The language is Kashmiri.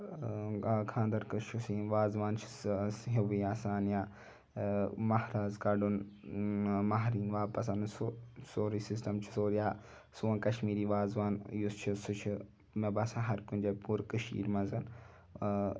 خانٛدَر قٕصہِ چھُ سیم وازوان چھُ سے ہِوٕے آسان یا مَہراز کَڑُن مَہرٮ۪ن واپَس اَنٕنۍ سُہ سورٕے سِسٹَم چھُ یا سون کَشمیٖری وازوان یُس چھُ سُہ چھُ مےٚ باسان ہَر کُنہٕ جاے پوٗرِ کٔشیٖر مَنٛز